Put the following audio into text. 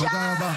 ישר -- תודה רבה.